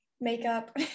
makeup